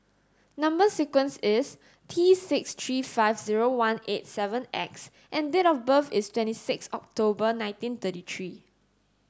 number sequence is T six three five zero one eight seven X and date of birth is twenty six October nineteen thirty three